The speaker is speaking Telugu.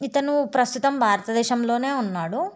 ఇతను ప్రస్తుతం భారతదేశంలో ఉన్నాడు